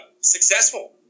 successful